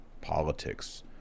politics